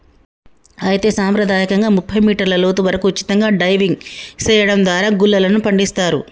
అయితే సంప్రదాయకంగా ముప్పై మీటర్ల లోతు వరకు ఉచితంగా డైవింగ్ సెయడం దారా గుల్లలను పండిస్తారు